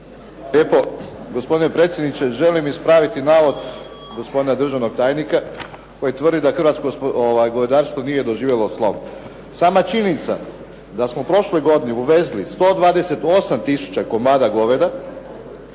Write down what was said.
lijepo. Gospodine predsjedniče, želim ispraviti navod gospodina državnog tajnika koji tvrdi da hrvatsko govedarstvo nije doživjelo slom. Sama činjenica da smo u prošloj godini uvezli 128 tisuća komada goveda,